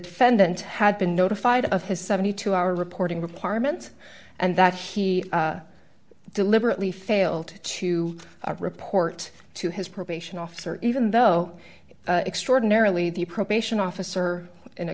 defendant had been notified of his seventy two hour reporting requirement and that he deliberately failed to report to his probation officer even though extraordinarily the probation officer in a